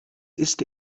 ist